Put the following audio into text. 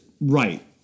Right